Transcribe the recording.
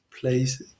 place